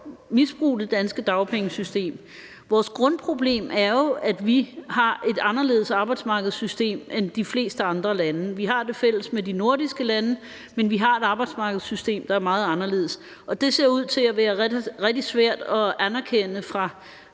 misbruge det danske dagpengesystem. Vores grundproblem er jo, at vi har et anderledes arbejdsmarkedssystem end de fleste andre lande. Vi har det fælles med de nordiske lande, men vi har et arbejdsmarkedssystem, der er meget anderledes, og det ser ud til at være rigtig svært at anerkende fra